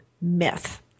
myth